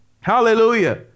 Hallelujah